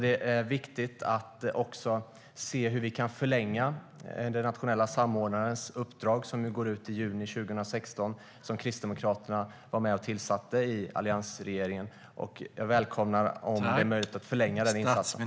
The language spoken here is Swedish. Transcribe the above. Det är viktigt att också se hur vi kan förlänga den nationella samordnarens uppdrag, som ju Kristdemokraterna i alliansregeringen var med och tillsatte. Det går ut i juni 2016. Jag välkomnar om det blir möjligt att förlänga den insatsen.